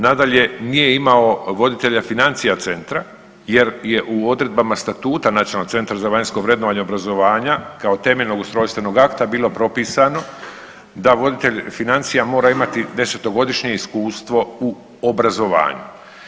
Nadalje, nije imao voditelja financija centra jer je u odredbama statuta Nacionalnog centra za vanjsko vrednovanje obrazovanja kao temeljnog ustrojstvenog akta bilo propisano da voditelj financija mora imati 10-godišnje iskustvo u obrazovanju.